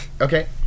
Okay